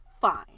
fine